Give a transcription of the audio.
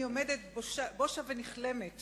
אני עומדת בושה ונכלמת